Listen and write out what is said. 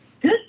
Good